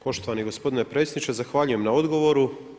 Poštovani gospodine predsjedniče, zahvaljujem na odgovoru.